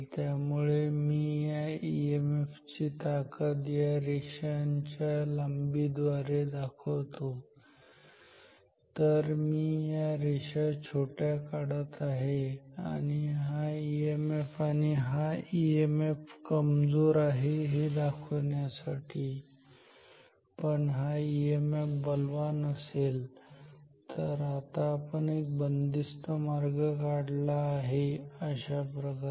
त्यामुळे मी या ईएमएफ ची ताकद या रेषांच्या लांबी द्वारे दाखवतो तर मी या रेषा छोट्या काढत आहे हा ईएमएफ आणि हा ईएमएफ कमजोर आहे हे दाखवण्यासाठी पण हा ईएमएफ बलवान असेल आता जर मी एक बंदिस्त मार्ग काढला अशाप्रकारे